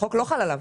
החוק לא חל עליו.